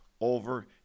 over